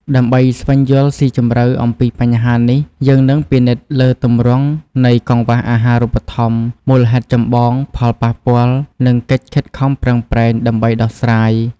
ដើម្បីស្វែងយល់ស៊ីជម្រៅអំពីបញ្ហានេះ យើងនឹងពិនិត្យលើទម្រង់នៃកង្វះអាហារូបត្ថម្ភ មូលហេតុចម្បង ផលប៉ះពាល់ និងកិច្ចខិតខំប្រឹងប្រែងដើម្បីដោះស្រាយ។